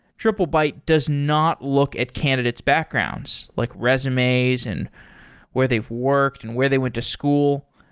triplebyte does not look at candidate's backgrounds, like resumes and where they've worked and where they went to school.